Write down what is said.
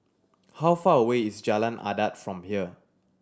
how far away is Jalan Adat from here